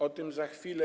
O tym za chwilę.